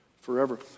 forever